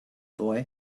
boy